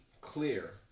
clear